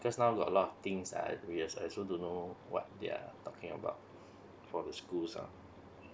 because now got a lot of things uh we al~ also don't know what they are talking about for the schools ah